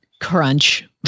crunch